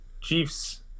Chiefs